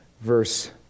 verse